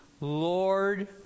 Lord